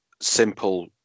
simple